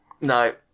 No